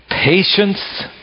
Patience